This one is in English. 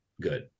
good